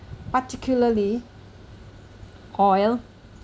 particularly oil